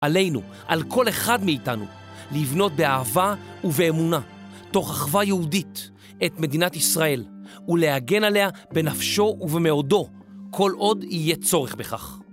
עלינו, על כל אחד מאיתנו, לבנות באהבה ובאמונה, תוך אחווה יהודית, את מדינת ישראל, ולהגן עליה בנפשו ובמאודו, כל עוד יהיה צורך בכך.